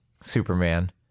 Superman